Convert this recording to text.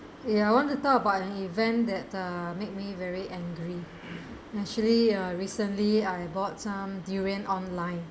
ya I want to talk about an event that uh made me very angry actually uh recently I bought some durian online